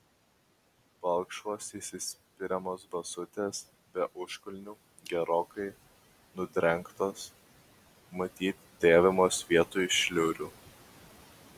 balkšvos įsispiriamos basutės be užkulnių gerokai nudrengtos matyt dėvimos vietoj šliurių